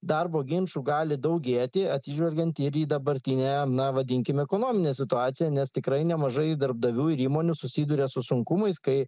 darbo ginčų gali daugėti atsižvelgiant ir į dabartinę na vadinkim ekonominę situaciją nes tikrai nemažai darbdavių ir įmonių susiduria su sunkumais kai